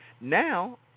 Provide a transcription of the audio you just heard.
Now